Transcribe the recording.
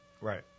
Right